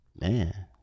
Man